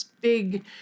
big